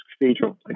Cathedral